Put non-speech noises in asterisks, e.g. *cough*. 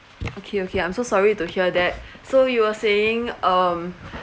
*noise* okay okay I'm so sorry to hear that so you were saying um *breath*